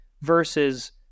versus